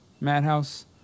Madhouse